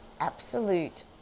absolute